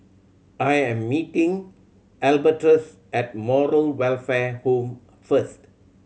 I am meeting Albertus at Moral Welfare Home first